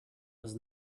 was